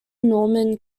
norman